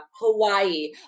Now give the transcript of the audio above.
Hawaii